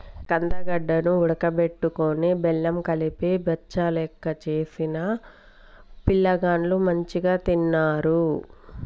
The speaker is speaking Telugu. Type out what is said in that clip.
కందగడ్డ ను ఉడుకబెట్టుకొని బెల్లం కలిపి బచ్చలెక్క చేసిన పిలగాండ్లు మంచిగ తిన్నరు